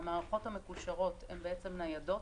המערכות המקושרות ניידות,